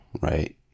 right